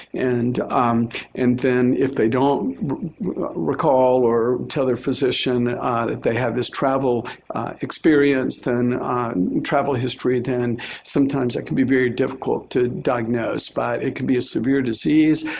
and and then if they don't recall or tell their physician that ah that they have this travel experience and travel history, then sometimes that can be very difficult to diagnose. but it can be a severe disease.